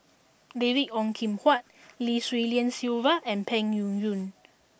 David Ong Kim Huat Lim Swee Lian Sylvia and Peng Yuyun